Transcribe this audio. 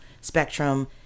Spectrum